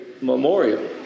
memorial